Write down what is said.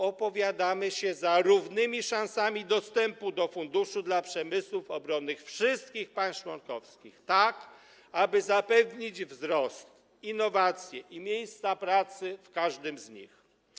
Opowiadamy się za równymi szansami dostępu do funduszu dla przemysłów obronnych wszystkich państw członkowskich, tak aby zapewnić wzrost innowacji i miejsca pracy w każdym z nich.